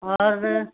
और